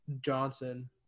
Johnson